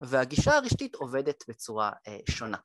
‫והגישה הרשתית עובדת בצורה שונה.